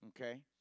okay